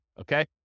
okay